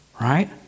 right